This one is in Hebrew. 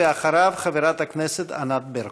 אחריו, חברת הכנסת ענת ברקו.